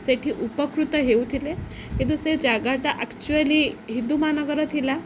ସେଠି ଉପକୃତ ହେଉଥିଲେ କିନ୍ତୁ ସେ ଜାଗାଟା ଆକ୍ଚୁଆଲି ହିନ୍ଦୁମାନଙ୍କର ଥିଲା